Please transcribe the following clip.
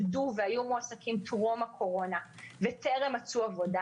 מועסקים טרום הקורונה וטרם מצאו עבודה.